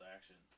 Action